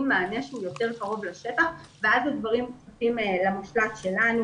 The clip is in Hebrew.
מענה שהוא יותר קרוב לשטח ואז הדברים עוברים למשל"ט שלנו.